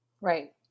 Right